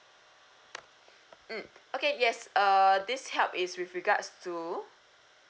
mm okay yes err this help is with regards to